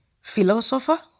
philosopher